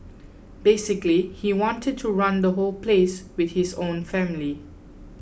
basically he wanted to run the whole place with his own family